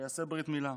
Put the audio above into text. שיעשה ברית מילה.